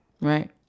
Right